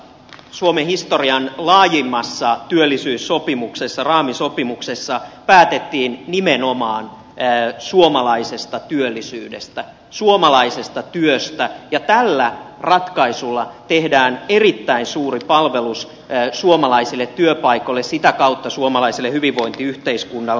tässä laajassa suomen historian laajimmassa työllisyyssopimuksessa raamisopimuksessa päätettiin nimenomaan suomalaisesta työllisyydestä suomalaisesta työstä ja tällä ratkaisulla tehdään erittäin suuri palvelus suomalaisille työpaikoille sitä kautta suomalaiselle hyvinvointiyhteiskunnalle